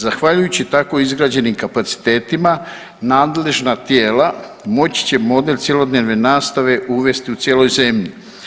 Zahvaljujući tako izgrađenim kapacitetima nadležna tijela moći će model cjelodnevne nastave uvesti u cijeloj zemlji.